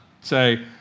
say